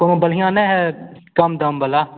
वह बलिया ने है कम दाम वाला